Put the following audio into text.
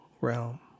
realm